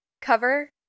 cover